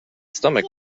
stomach